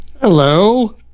Hello